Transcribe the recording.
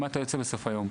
עם מה אתה יוצא בסוף היום,